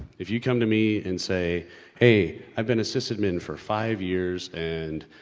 if you come to me and say hey, i've been a sysadmin for five years and.